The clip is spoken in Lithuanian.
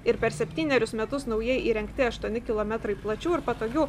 ir per septynerius metus naujai įrengti aštuoni kilometrai plačių ir patogių